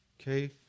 okay